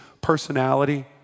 personality